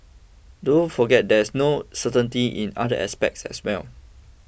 don't forget there's no certainty in other aspects as well